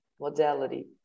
modality